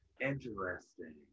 Interesting